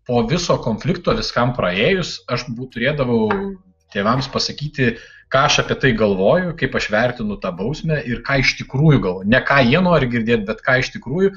po viso konflikto viskam praėjus aš turėdavau tėvams pasakyti ką aš apie tai galvoju kaip aš vertinu tą bausmę ir ką iš tikrųjų galvoju ne ką jie nori girdėti bet ką iš tikrųjų